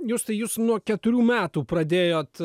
justai jūs nuo keturių metų pradėjot